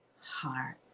heart